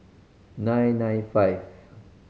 nine nine five